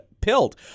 pilled